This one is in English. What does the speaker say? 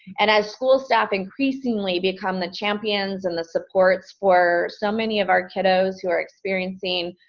and as school staff increasingly become the champions and the supports for so many of our kiddos who are experiencing